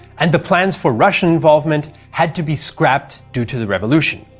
and the plans for russian involvement had to be scrapped due to the revolution.